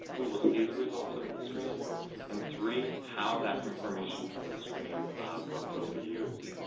who will see the results of the screen and three, how that information from the screen will will be used.